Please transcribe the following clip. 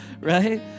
right